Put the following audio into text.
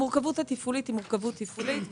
המורכבות התפעולית היא מורכבות תפעולית,